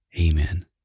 Amen